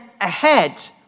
ahead